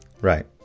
Right